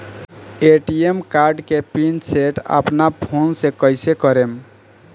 ATM card के pin set अपना phone से कइसे करेम?